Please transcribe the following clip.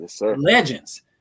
legends